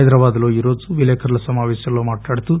హైదరాబాద్ లో ఈరోజు విలేకరుల సమాపేశంలో మాట్లాడుతూ